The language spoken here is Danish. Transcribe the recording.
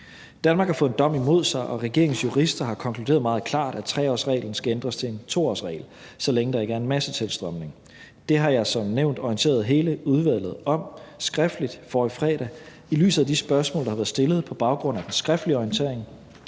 Danmark har fået en dom imod sig, og regeringens jurister har konkluderet meget klart, at 3-årsreglen skal ændres til en 2-årsregel, så længe der ikke er en massetilstrømning. Det har jeg som nævnt orienteret hele udvalget om skriftligt forrige fredag, og i lyset af de spørgsmål, der har været stillet på baggrund af den skriftlige orientering,